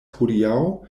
hodiaŭ